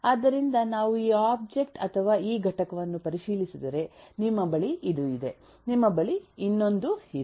ಆದ್ದರಿಂದ ನಾವು ಈ ಒಬ್ಜೆಕ್ಟ್ ಅಥವಾ ಈ ಘಟಕವನ್ನು ಪರಿಶೀಲಿಸಿದರೆ ನಿಮ್ಮ ಬಳಿ ಇದು ಇದೆ ನಿಮ್ಮ ಬಳಿ ಇನ್ನೊಂದು ಇದೆ